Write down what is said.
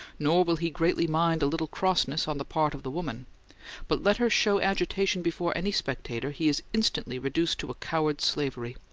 nor will he greatly mind a little crossness on the part of the woman but let her show agitation before any spectator, he is instantly reduced to a coward's slavery.